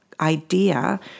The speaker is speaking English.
idea